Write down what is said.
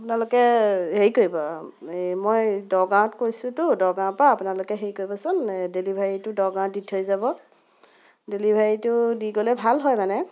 আপোনালোকে হেৰি কৰিব এই মই দগাঁৱত কৈছোঁ তো দগাঁৱৰ পৰা আপোনালোকে হেৰি কৰিবচোন এই ডেলিভাৰীটো দগাঁৱত দি থৈ যাব ডেলিভাৰীটো দি গ'লে ভাল হয় মানে